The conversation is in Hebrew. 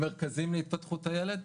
מרכזים להתפתחות הילד,